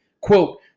Quote